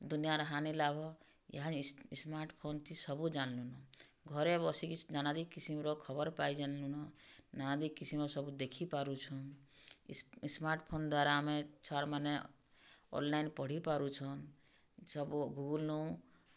ଦୁନିଆର୍ ହାନି ଲାଭ ଏହାଦେ ସ୍ମାର୍ଟଫୋନ୍ତି ସବୁ ଜାନ୍ଲୁନ ଘରେ ବସିକି ନାନାଦି କିସିମ୍ର ଖବର୍ ପାଇ ଜାନ୍ଲୁନ ନାନାଦି କିସମ୍ର ସବୁ ଦେଖିପାରୁଚୁଁ ସ୍ମାର୍ଟ୍ଫୋନ୍ ଦ୍ୱାରା ଆମେ ଛୁଆମାନେ ଅନ୍ଲାଇନ୍ ପଢ଼ିପାରୁଛନ୍ ସବୁ ଗୁଗୁଲ୍ନ